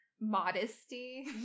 modesty